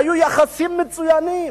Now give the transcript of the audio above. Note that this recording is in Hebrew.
היו יחסים מצוינים,